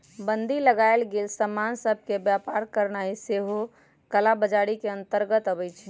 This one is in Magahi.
बन्दी लगाएल गेल समान सभ के व्यापार करनाइ सेहो कला बजारी के अंतर्गत आबइ छै